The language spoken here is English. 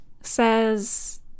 says